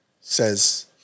says